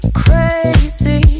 crazy